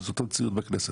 זאת המציאות בכנסת.